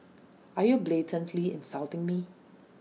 are you blatantly insulting me